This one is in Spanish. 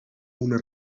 una